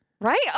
Right